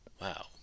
Wow